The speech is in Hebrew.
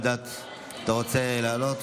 אתה רוצה לעלות?